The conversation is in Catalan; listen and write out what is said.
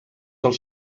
els